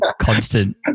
constant